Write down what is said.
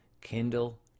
kindle